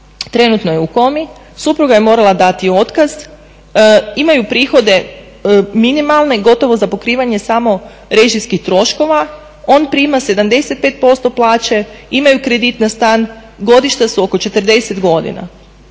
trenutno je u komi, supruga je morala dati otkaz, imaju prihode minimalne gotovo za pokrivanje samo režijskih troškova. On prima 75% plaće, imaju kredit na stan, godišta su oko 40 godina.